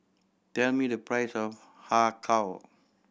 tell me the price of Har Kow